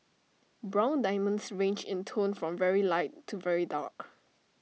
brown diamonds range in tone from very light to very dark